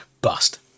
bust